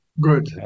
Good